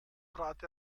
trat